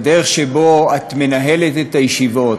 הדרך שבה את מנהלת את הישיבות,